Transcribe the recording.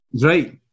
Right